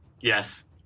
Yes